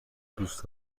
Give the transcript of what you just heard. دوست